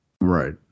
Right